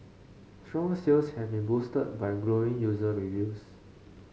strong sales have been boosted by glowing user reviews